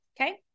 okay